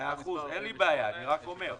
מאה אחוז, אין לי בעיה, אני רק אומר.